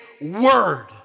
word